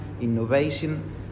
innovation